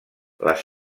les